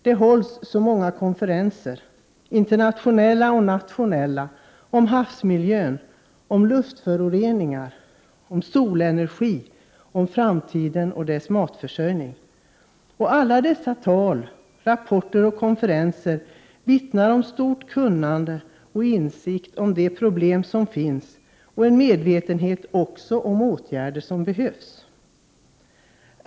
Det hålls så många konferenser — internationella och nationella — om havsmiljön, om luftföroreningar, om solenergin, om framtiden och dess matförsörjning. Alla dessa tal, rapporter och konferenser vittnar om stort kunnande och om insikt om de problem som finns och även om en medvetenhet om åtgärder som behövs.